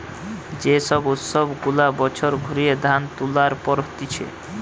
যে সব উৎসব গুলা বছর ঘুরিয়ে ধান তুলার পর হতিছে